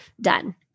done